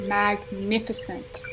magnificent